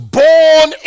born